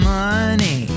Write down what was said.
money